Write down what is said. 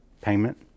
payment